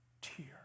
tear